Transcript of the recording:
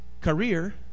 career